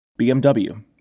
BMW